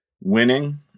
Winning